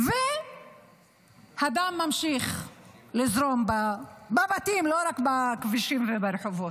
והדם ממשיך לזרום בבית, לא רק בכבישים וברחובות.